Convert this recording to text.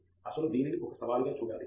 అసలు దీనిని ఒక సవాలుగా చూడాలి